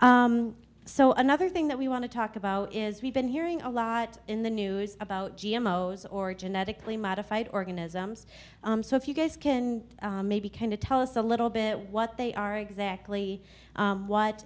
so another thing that we want to talk about is we've been hearing a lot in the news about g m o is or genetically modified organisms so if you guys can maybe kind of tell us a little bit what they are exactly what